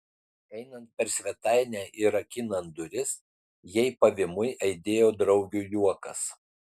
einant per svetainę ir rakinant duris jai pavymui aidėjo draugių juokas